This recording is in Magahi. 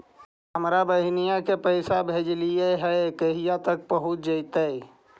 हमरा बहिन के पैसा भेजेलियै है कहिया तक पहुँच जैतै?